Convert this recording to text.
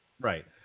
Right